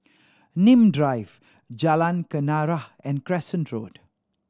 Nim Drive Jalan Kenarah and Crescent Road